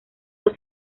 dos